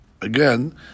Again